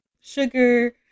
sugar